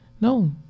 No